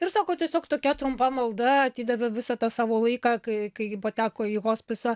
ir sako tiesiog tokia trumpa malda atidavė visą tą savo laiką kai kai ji pateko į hospisą